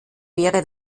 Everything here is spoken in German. wäre